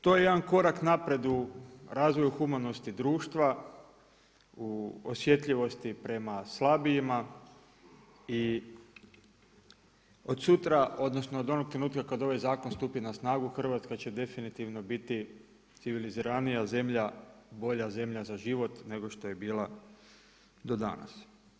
To je jedan korak naprijed u razvoju humanosti društva, u osjetljivosti prema slabijima i od sutra odnosno od onog trenutka kada ovaj zakon stupi na snagu Hrvatska će definitivno biti civiliziranija zemlja, bolja zemlja za život nego što je bila do danas.